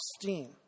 steam